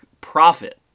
profit